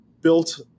built